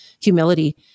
humility